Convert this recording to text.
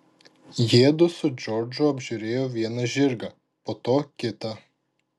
jiedu su džordžu apžiūrėjo vieną žirgą po to kitą